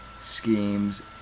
schemes